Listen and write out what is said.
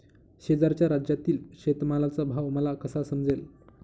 शेजारच्या राज्यातील शेतमालाचा भाव मला कसा समजेल?